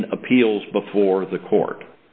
in appeals before the court